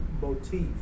motif